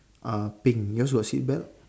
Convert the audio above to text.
uh pink yours got seat belt